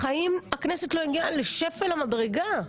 בחיים הכנסת לא הגיעה לשפל המדרגה.